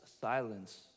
silence